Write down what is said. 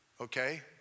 Okay